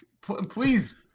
please